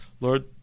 Lord